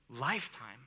lifetime